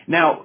Now